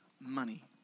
money